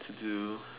to do